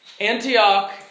Antioch